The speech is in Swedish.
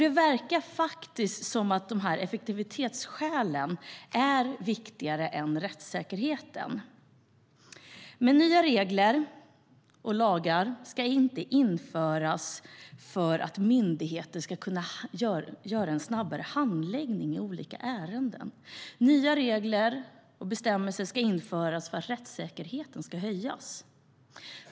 Det verkar faktiskt som att effektivitetsskälen är viktigare än rättssäkerheten. Nya regler och lagar ska dock inte införas för att myndigheter ska kunna göra en snabbare handläggning i olika ärenden, utan nya regler och bestämmelser ska införas för att rättssäkerheten höjs.